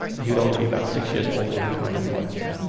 he would only be about six years older than kanye west.